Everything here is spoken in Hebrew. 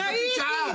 בלילה היית?